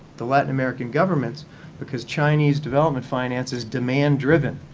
the latin american governments because chinese development finance is demand-driven.